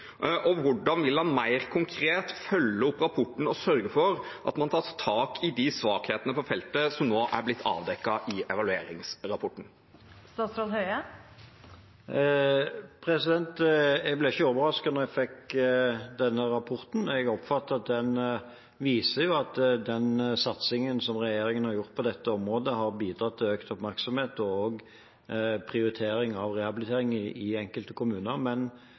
og hvordan vil han mer konkret følge opp rapporten og sørge for at man tar tak i de svakhetene på feltet som nå er blitt avdekket i evalueringsrapporten? Jeg ble ikke overrasket da jeg fikk denne rapporten. Jeg oppfatter at den viser at den satsingen som regjeringen har gjort på dette området, har bidratt til økt oppmerksomhet og også prioritering av rehabilitering i enkelte kommuner.